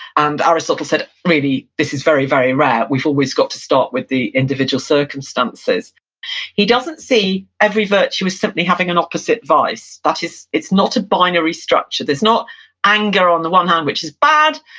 and aristotle said maybe this is very, very rare, we've always got to start with the individual circumstances he doesn't see every virtue as simply having an opposite vice. that is, it's not a binary structure, there's not anger on the one hand which is bad,